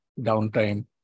downtime